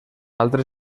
altres